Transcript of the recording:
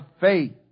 faith